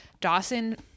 Dawson